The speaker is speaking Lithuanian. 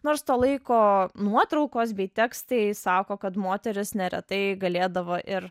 nors to laiko nuotraukos bei tekstai sako kad moterys neretai galėdavo ir